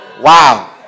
Wow